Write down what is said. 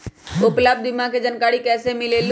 उपलब्ध बीमा के जानकारी कैसे मिलेलु?